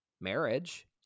marriage